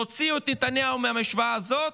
תוציאו את נתניהו מהמשוואה הזאת,